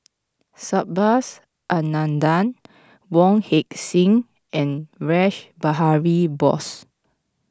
Subhas Anandan Wong Heck Sing and Rash Behari Bose